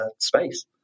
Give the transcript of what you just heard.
space